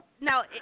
Now